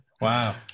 wow